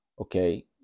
okay